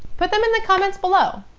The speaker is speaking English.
put them in the comments below!